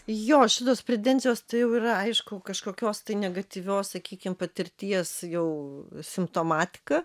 jo šitos pretenzijos tai jau yra aišku kažkokios tai negatyvios sakykim patirties jau simptomatika